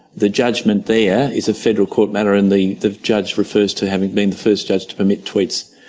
the judgment there is a federal court matter and the the judge refers to having been the first judge to permit tweets,